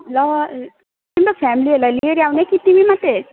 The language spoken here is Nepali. ल अनि त फ्यामिलीहरूलाई लिइवरी आउने कि तिमी मात्रै